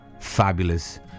fabulous